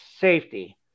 safety